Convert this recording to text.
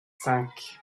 cinq